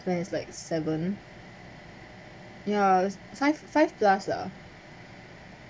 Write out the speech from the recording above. then it's like seven yeah five five plus ah